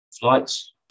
flights